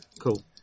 Cool